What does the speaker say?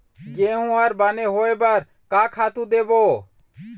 गेहूं हर बने होय बर का खातू देबो?